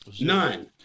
None